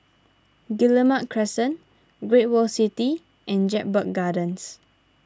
Guillemard Crescent Great World City and Jedburgh Gardens